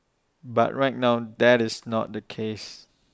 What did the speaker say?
but right now that's not the case